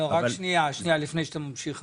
רק שנייה, שנייה לפני שאתה ממשיך הלאה,